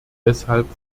deshalb